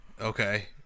okay